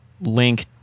Link